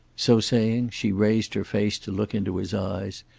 so saying, she raised her face to look into his eyes.